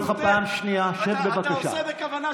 עוד מס,